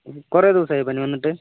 കുറേ ദിവസമായോ പനി വന്നിട്ട്